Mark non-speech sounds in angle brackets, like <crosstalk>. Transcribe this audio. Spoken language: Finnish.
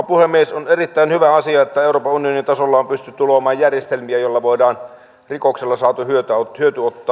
<unintelligible> puhemies on erittäin hyvä asia että euroopan unionin tasolla on pystytty luomaan järjestelmiä joilla voidaan rikoksella saatu hyöty ottaa